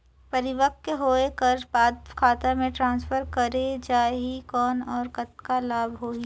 परिपक्व होय कर बाद खाता मे ट्रांसफर करे जा ही कौन और कतना लाभ होही?